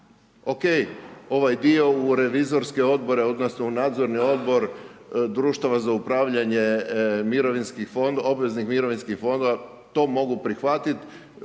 Ok ovaj dio u revizorske odbore odnosno u Nadzorni odbor društava za upravljanje obveznih mirovinskih fondova, to mogu prihvatiti,